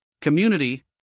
community